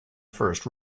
first